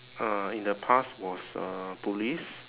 uh in the past was uh police